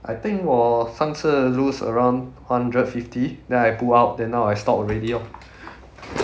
I think 我上次 lose around hundred fifty then I pull out then now I stop already orh